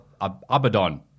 Abaddon